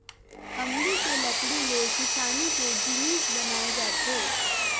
अमली के लकड़ी ले किसानी के जिनिस बनाए जाथे